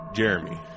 Jeremy